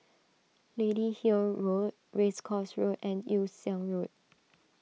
Lady Hill Road Race Course Road and Yew Siang Road